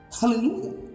Hallelujah